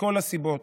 מכל הסיבות.